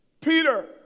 Peter